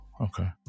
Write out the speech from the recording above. Okay